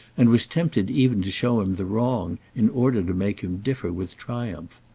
and was tempted even to show him the wrong in order to make him differ with triumph.